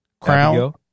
Crown